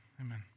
Amen